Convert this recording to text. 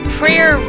prayer